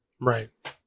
Right